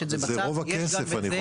אבל זה רוב הכסף.